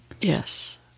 Yes